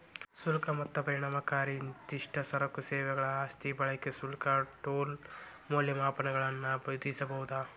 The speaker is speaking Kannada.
ಶುಲ್ಕ ಮತ್ತ ಪರಿಣಾಮಕಾರಿ ನಿರ್ದಿಷ್ಟ ಸರಕು ಸೇವೆಗಳ ಆಸ್ತಿ ಬಳಕೆ ಶುಲ್ಕ ಟೋಲ್ ಮೌಲ್ಯಮಾಪನಗಳನ್ನ ವಿಧಿಸಬೊದ